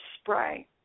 spray